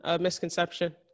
misconception